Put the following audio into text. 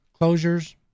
closures